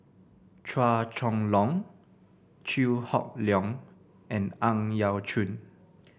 Chua Chong Long Chew Hock Leong and Ang Yau Choon